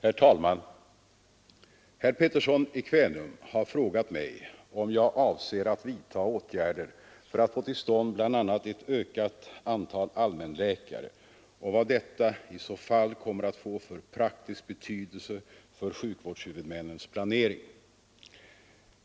Herr talman! Herr Pettersson i Kvänum har frågat mig om jag avser att vidta åtgärder för att få till stånd bl.a. ett ökat antal allmänläkare och vad detta i så fall kommer att få för praktisk betydelse för sjukvårdshuvudmännens planering.